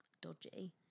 dodgy